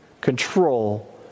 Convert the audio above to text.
control